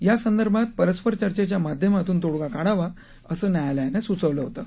या संदर्भात परस्पर चर्चेच्या माध्यमातून तोडगा काढावा असं न्यायालयानं सुचवलं होतं